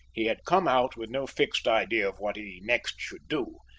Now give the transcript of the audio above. he had come out with no fixed idea of what he next should do,